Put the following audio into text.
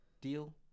deal